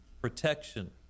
protection